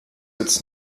its